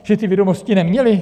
Že ty vědomosti neměli?